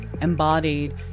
embodied